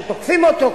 כשתוקפים אותו,